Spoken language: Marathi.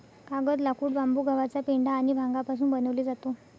कागद, लाकूड, बांबू, गव्हाचा पेंढा आणि भांगापासून बनवले जातो